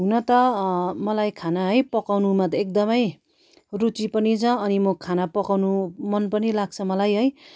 हुन त मलाई खाना है पकाउनुमा त एकदम रुचि पनि छ अनि म खाना पकाउनु मन पनि लाग्छ मलाई है